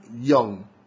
young